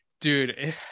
dude